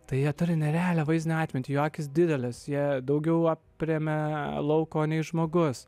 tai jie turi nerealią vaizdinę atmintį jų akys didelės jie daugiau aprėmia lauko nei žmogus